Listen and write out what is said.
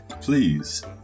Please